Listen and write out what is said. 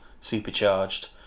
Supercharged